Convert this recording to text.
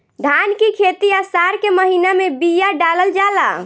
धान की खेती आसार के महीना में बिया डालल जाला?